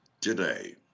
today